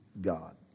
God